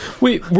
Wait